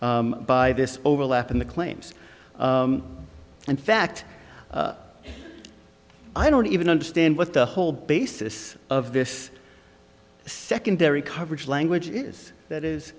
by this overlap in the claims and fact i don't even understand what the whole basis of this secondary coverage language is that is